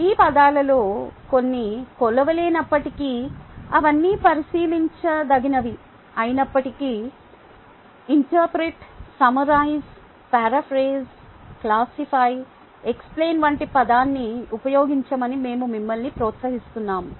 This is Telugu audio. ఈ పదాలలో కొన్ని కొలవలేనప్పటికీ అవన్నీ పరిశీలించదగినవి అయినప్పటికీ interpret summarise paraphrase classify explain వంటి పదాన్ని ఉపయోగించమని మేము మిమ్మల్ని ప్రోత్సహిస్తున్నాము